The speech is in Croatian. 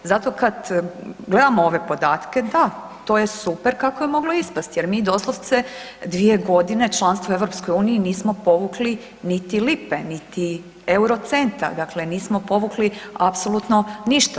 Zato kad gledamo ove podatke, da, to je super kako je moglo ispasti jer mi doslovce dvije godine članstva u EU nismo povukli niti lipe, niti euro centa, dakle nismo povukli apsolutno ništa.